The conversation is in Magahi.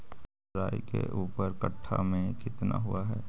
राई के ऊपर कट्ठा में कितना हुआ है?